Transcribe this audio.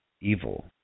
evil